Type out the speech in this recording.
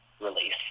release